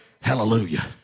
Hallelujah